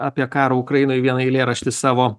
apie karą ukrainoj vieną eilėraštį savo